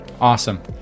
Awesome